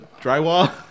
drywall